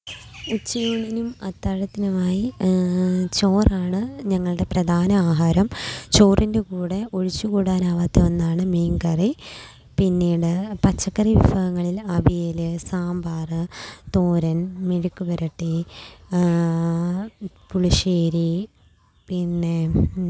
ഉച്ചയൂണിനും അത്താഴത്തിനുമായി ചോറാണ് ഞങ്ങളുടെ പ്രധാന ആഹാരം ചോറിൻ്റെ കൂടെ ഒഴിച്ച് കൂടാനാവാത്ത ഒന്നാണ് മീൻ കറി പിന്നീട് പച്ചക്കറി വിഭവങ്ങളിൽ അവിയൽ സാമ്പാറ് തോരൻ മെഴ്ക്ക് പെരട്ടി പുളിശ്ശേരി പിന്നെ